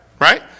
right